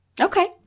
Okay